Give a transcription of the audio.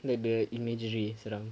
like the imagery's around